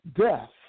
Death